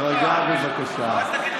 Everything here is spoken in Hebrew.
תירגע, בבקשה.